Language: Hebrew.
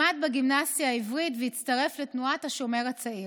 למד בגימנסיה העברית והצטרף לתנועת השומר הצעיר.